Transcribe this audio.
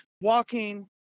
walking